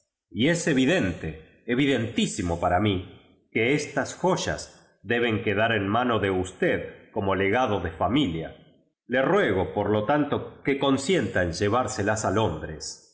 y es evi dente evidentísimo para mí que estas joyas deben quedar en manos de usted como legado de familia le ruego por jo tanto que con sienta en llevárselas a londres